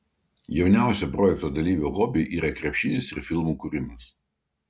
jauniausio projekto dalyvio hobiai yra krepšinis ir filmų kūrimas